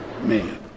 Man